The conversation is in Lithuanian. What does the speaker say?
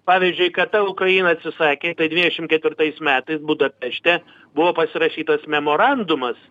pavyzdžiui kada ukraina atsisakė tai dvidešim ketvirtais metais budapešte buvo pasirašytas memorandumas